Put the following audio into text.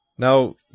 Now